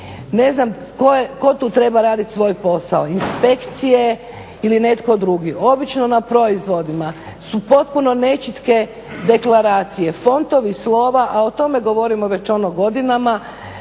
ne znam tko tu treba radit svoj posao, inspekcije ili netko drugi. Obično na proizvodima su potpuno nečitke deklaracije, fontovi slova, a o tome govorimo već godinama,